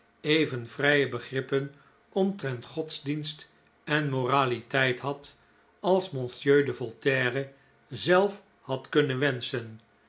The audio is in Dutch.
even vrije begrippen omtrent godsdienst en moraliteit had als monsieur de voltaire zelf had kunnen wenschen